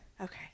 Okay